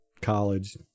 college